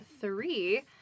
three